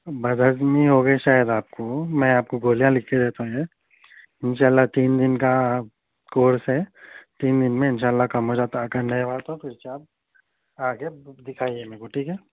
بدہضمی ہوگئی شاید آپ کو میں آپ کو گولیاں لکھ کے دے دیتا ہیں انشااللہ تین دن کا کورس ہے تین دن میں انشااللہ کم ہو جاتا ہے اگر نہیں ہوا تو پھر سے آپ آ کے دکھائیے میرے کو ٹھیک ہے